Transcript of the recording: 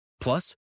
Plus